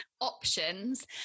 options